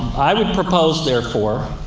i would propose, therefore,